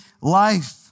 life